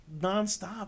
nonstop